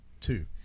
two